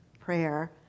prayer